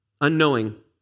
unknowing